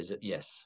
Yes